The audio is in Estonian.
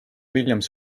williams